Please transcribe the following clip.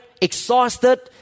exhausted